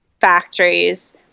factories